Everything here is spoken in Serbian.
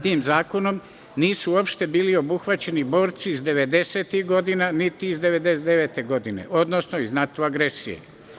Tim zakonom nisu uopšte bili obuhvaćeni borci iz devedesetih godina, niti iz 1999. godine, odnosno iz NATO agresije.